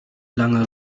lange